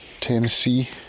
Tennessee